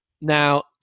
Now